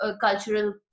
cultural